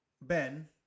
Ben